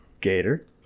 Gator